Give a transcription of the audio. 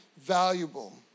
valuable